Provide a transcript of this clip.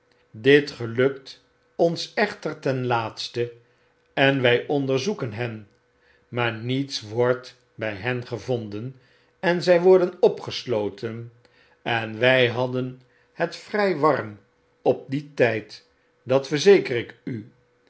dit gelulct ons echter ten laatste en wy onderzoeken hen maar niets wordt bij hen gevonden en zy worden opgesloten en wy hadden het vry warm op dien tyd dat verzeker ik u